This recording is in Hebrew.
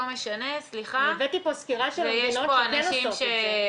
לא משנה --- אני הבאתי פה סקירה של המדינות שכן עושות את זה.